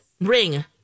Ring